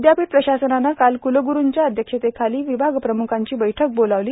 विदयापीठ प्रशासनानं काल कुलगुरूंच्या अध्यक्षतेखाली विभागप्रमुखांची बैठक बोलावली